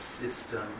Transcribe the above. system